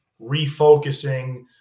refocusing